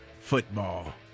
football